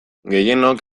gehienok